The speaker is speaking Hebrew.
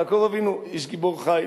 יעקב אבינו, איש גיבור חיל.